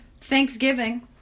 thanksgiving